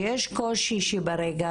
שיש קושי שברגע